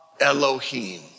Elohim